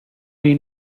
see